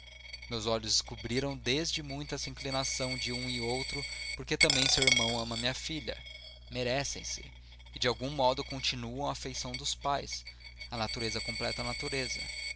meus olhos descobriram desde muito tempo essa inclinação de um e outro porque também seu irmão ama minha filha merecem se e de algum modo continuam a afeição dos pais a natureza completa a natureza